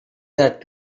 that